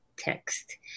text